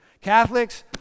Catholics